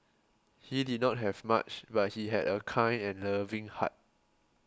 he did not have much but he had a kind and loving heart